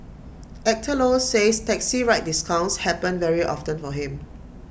Actor low says taxi ride discounts happen very often for him